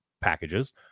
packages